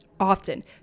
Often